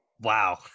Wow